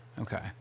Okay